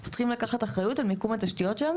אנחנו צריכים לקחת אחריות על מיקום התשתיות שלנו